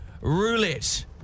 roulette